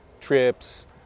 trips